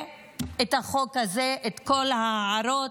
את החוק הזה, את כל ההערות,